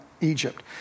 Egypt